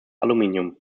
aluminium